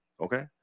okay